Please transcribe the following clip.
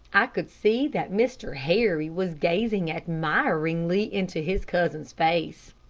i could see that mr. harry was gazing admiringly into his cousin's face.